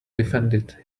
defended